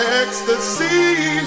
ecstasy